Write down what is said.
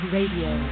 Radio